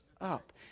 up